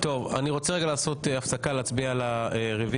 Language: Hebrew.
אני רוצה לעשות רגע הפסקה כדי להצביע על רוויזיות.